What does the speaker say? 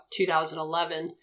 2011